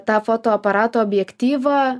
tą fotoaparato objektyvą